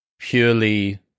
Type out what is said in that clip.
purely